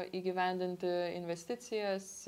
įgyvendinti investicijas